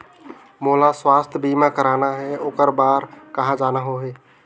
मोला स्वास्थ बीमा कराना हे ओकर बार कहा जाना होही?